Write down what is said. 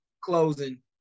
closing